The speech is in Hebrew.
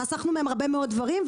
חסכנו מהם הרבה מאוד דברים.